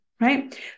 right